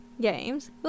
Games